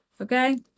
okay